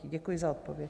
Děkuji za odpověď.